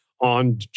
on